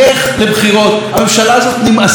הממשלה הזאת נמאסה על הציבור הישראלי,